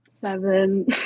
Seven